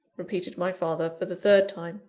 repeated my father, for the third time,